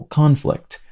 conflict